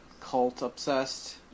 cult-obsessed